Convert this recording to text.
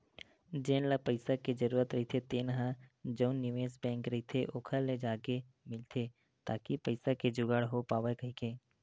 जेन ल पइसा के जरूरत रहिथे तेन ह जउन निवेस बेंक रहिथे ओखर ले जाके मिलथे ताकि पइसा के जुगाड़ हो पावय कहिके